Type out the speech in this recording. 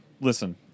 listen